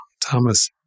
Thomas